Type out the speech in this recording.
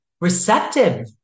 receptive